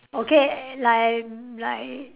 okay like like